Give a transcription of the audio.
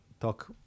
talk